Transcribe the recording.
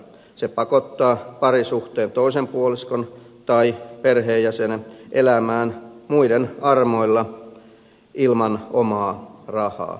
se pakottaa parisuhteen toisen puoliskon tai perheenjäsenen elämään muiden armoilla ilman omaa rahaa